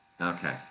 Okay